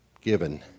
given